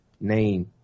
name